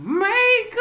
make